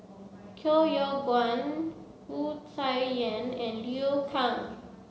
Koh Yong Guan Wu Tsai Yen and Liu Kang